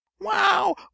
wow